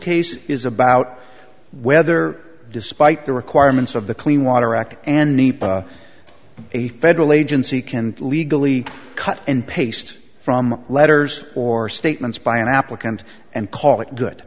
case is about whether despite the requirements of the clean water act and a federal agency can legally cut and paste from letters or statements by an applicant and call it good